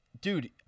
Dude –